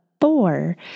four